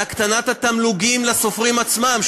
להקטנת התמלוגים לסופרים עצמם,